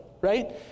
right